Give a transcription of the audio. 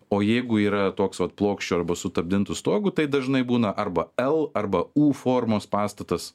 o jeigu yra toks vat plokščiu arba sutapdintu stogu tai dažnai būna arba l arba u formos pastatas